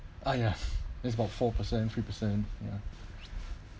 ah ya that's about four percent three percent ya